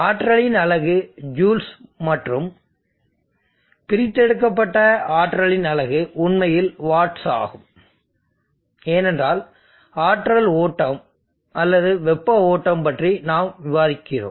ஆற்றலின் அலகு ஜூல்ஸ் மற்றும் பிரித்தெடுக்கப்பட்ட ஆற்றலின் அலகு உண்மையில் வாட்ஸ் ஆகும் ஏனென்றால் ஆற்றல் ஓட்டம் அல்லது வெப்ப ஓட்டம் பற்றி நாம் விவாதிக்கிறோம்